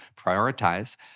prioritize